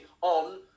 on